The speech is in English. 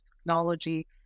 technology